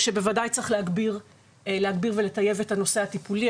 שבוודאי צריך להגביר ולטייב את הנושא הטיפולי,